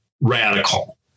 radical